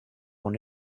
one